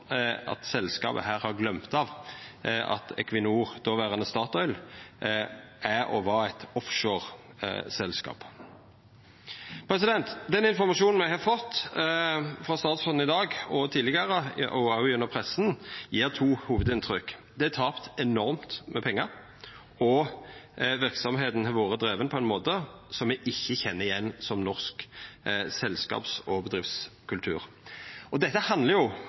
selskapet har gløymt at Equinor, dåverande Statoil, er og var eit offshoreselskap. Den informasjonen me har fått frå statsråden i dag og tidlegare, og òg gjennom pressa, gjev to hovudinntrykk: Det er tapt enormt med pengar, og verksemda har vore driven på ein måte me ikkje kjenner igjen som norsk selskaps- og bedriftskultur. Dette handlar